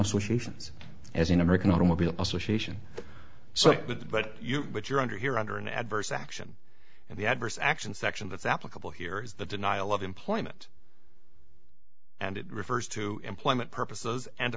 associations as an american automobile association so with but you but you're under here under an adverse action and the adverse action section that's applicable here is the denial of employment and it refers to employment purposes and the